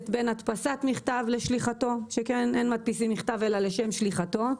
בין הדפסת מכתב לשליחתו שכן אין מדפיסים מכתב אלא לשליחתו.